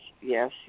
yes